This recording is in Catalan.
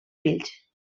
fills